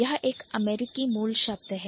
यह एक अमेरिकी मूल शब्द है